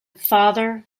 father